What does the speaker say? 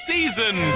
Season